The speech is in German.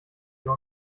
wir